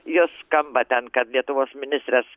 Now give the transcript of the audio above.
jos skamba ten kad lietuvos ministras